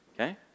Okay